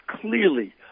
clearly